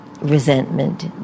resentment